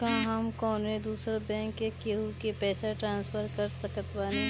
का हम कौनो दूसर बैंक से केहू के पैसा ट्रांसफर कर सकतानी?